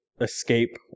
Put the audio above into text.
escape